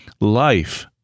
Life